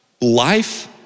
life